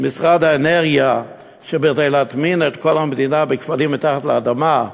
משרד האנרגיה שכדי להטמין את הכבלים לכל המדינה מתחת לאדמה,